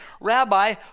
Rabbi